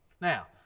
Now